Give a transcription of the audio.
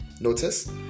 Notice